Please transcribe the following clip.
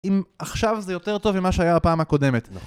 אם עכשיו זה יותר טוב ממה שהיה הפעם הקודמת.